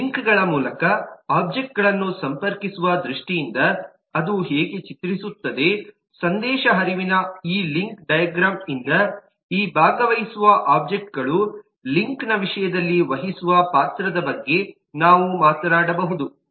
ಲಿಂಕ್ಗಳ ಮೂಲಕ ಒಬ್ಜೆಕ್ಟ್ಗಳನ್ನು ಸಂಪರ್ಕಿಸುವ ದೃಷ್ಟಿಯಿಂದ ಅದು ಹೇಗೆ ಚಿತ್ರಿಸುತ್ತದೆ ಸಂದೇಶ ಹರಿವಿನ ಈ ಲಿಂಕ್ ಡೈಗ್ರಾಮ್ ಇಂದ ಈ ಭಾಗವಹಿಸುವ ಒಬ್ಜೆಕ್ಟ್ಗಳು ಲಿಂಕ್ನ ವಿಷಯದಲ್ಲಿ ವಹಿಸುವ ಪಾತ್ರದ ಬಗ್ಗೆ ನಾವು ಮಾತನಾಡಬಹುದು